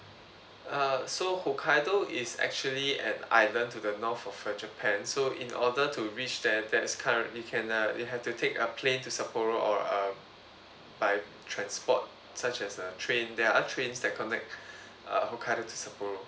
uh so hokkaido is actually an island to the north of uh japan so in order to reach there there's currently cannot you have to take a plane to sapporo or uh by transport such as a train there are trains that connect uh hokkaido to sapporo